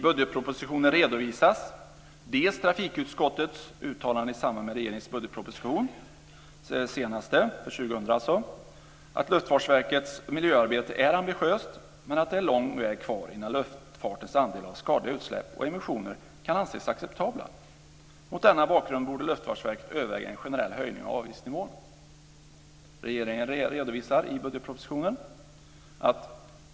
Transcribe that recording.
Luftfartsverkets miljöarbete är ambitiöst, men att det är lång väg kvar innan luftfartens andel av skadliga utsläpp och emissioner kan anses acceptabla. Mot denna bakgrund borde Luftfartsverket överväga en generell höjning av avgiftsnivån.